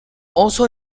also